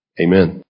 Amen